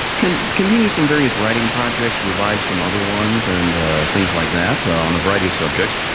can continue some various writing projects revive some other ones and things like that on a variety of subjects.